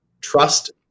trust